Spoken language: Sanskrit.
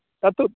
तत्